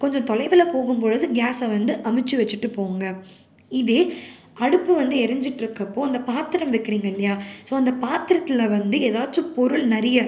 கொஞ்சம் தொலைவில் போகும் பொழுது கேஸை வந்து அணைச்சு வெச்சுட்டுப் போங்க இதே அடுப்பு வந்து எரிஞ்சிட்ருக்கிறப்போ அந்தப் பாத்திரம் வைக்கிறீங்க இல்லையா ஸோ அந்த பாத்திரத்தில் வந்து ஏதாச்சும் பொருள் நிறைய